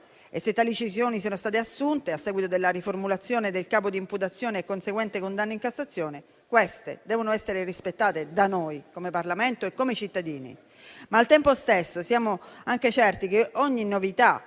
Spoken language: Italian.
E, se tali decisioni sono state assunte a seguito della riformulazione del capo di imputazione e della conseguente condanna in Cassazione, queste devono essere rispettate da noi, come Parlamento e come cittadini. Ma al tempo stesso siamo anche certi che ogni novità